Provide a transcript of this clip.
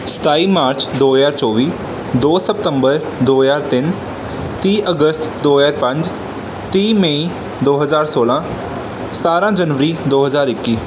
ਸਤਾਈ ਮਾਰਚ ਦੋ ਹਜ਼ਾਰ ਚੌਵੀ ਦੋ ਸਤੰਬਰ ਦੋ ਹਜ਼ਾਰ ਤਿੰਨ ਤੀਹ ਅਗਸਤ ਦੋ ਹਜ਼ਾਰ ਪੰਜ ਤੀਹ ਮਈ ਦੋ ਹਜ਼ਾਰ ਸੌਲਾਂ ਸਤਾਰਾਂ ਜਨਵਰੀ ਦੋ ਹਜ਼ਾਰ ਇੱਕੀ